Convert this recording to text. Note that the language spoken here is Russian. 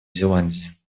зеландии